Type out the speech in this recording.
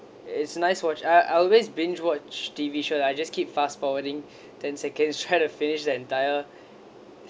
it's nice watch I I always being watch T_V show I just keep fast forwarding ten seconds try to finish the entire